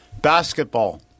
Basketball